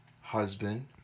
husband